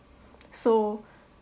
so